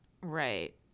Right